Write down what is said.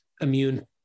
immune-